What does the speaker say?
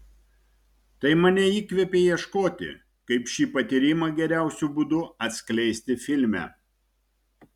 tai mane įkvėpė ieškoti kaip šį patyrimą geriausiu būdu atskleisti filme